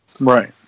Right